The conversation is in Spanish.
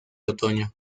otoño